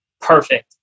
perfect